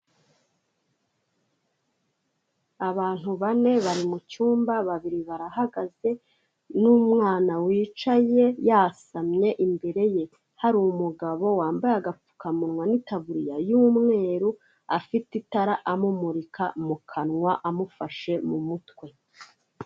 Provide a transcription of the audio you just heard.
Abantu bane bari mu cyumba babiri barahagaze n'umwana wicaye yasamye imbere ye hari umugabo wambaye agapfukamunwa n'itaburiya y'umweru, afite itara amumurika mu kanwa amufashe mu mutwe.